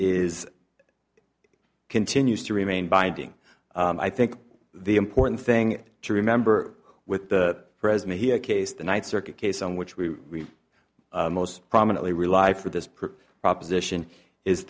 is continues to remain binding i think the important thing to remember with the present here case the ninth circuit case on which we most prominently rely for this per proposition is